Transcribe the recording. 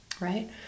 right